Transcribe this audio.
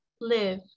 live